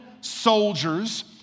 soldiers